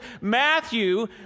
Matthew